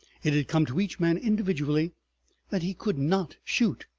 it had come to each man individually that he could not shoot.